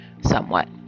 somewhat